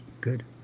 good